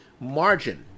margin